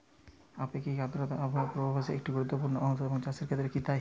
আপেক্ষিক আর্দ্রতা আবহাওয়া পূর্বভাসে একটি গুরুত্বপূর্ণ অংশ এবং চাষের ক্ষেত্রেও কি তাই?